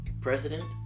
President